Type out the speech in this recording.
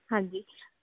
ਹਾਂਜੀ